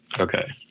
Okay